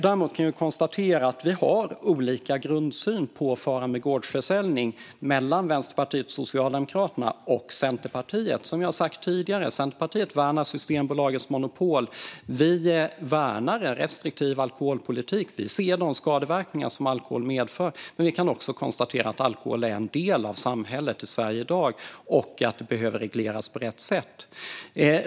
Jag kan konstatera att grundsynen på faran med gårdsförsäljning skiljer sig åt mellan Vänsterpartiet och Socialdemokraterna respektive Centerpartiet. Som jag har sagt tidigare värnar Centerpartiet Systembolagets monopol, och vi värnar en restriktiv alkoholpolitik. Vi ser de skadeverkningar som alkohol medför, men vi kan också konstatera att alkohol är en del av samhället i Sverige i dag och att det behöver regleras på rätt sätt.